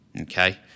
okay